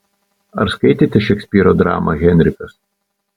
ar skaitėte šekspyro dramą henrikas